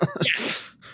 Yes